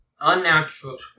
unnatural